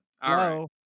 Hello